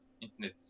internet